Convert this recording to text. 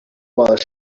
while